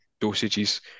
dosages